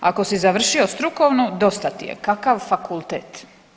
Ako si završio strukovnu dosta ti je, kakav fakultet.